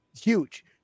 huge